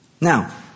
Now